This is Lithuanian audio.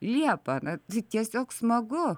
liepa na tai tiesiog smagu